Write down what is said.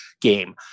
game